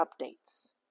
updates